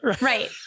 Right